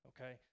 okay